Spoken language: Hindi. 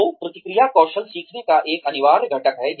तो प्रतिक्रिया कौशल सीखने का एक अनिवार्य घटक है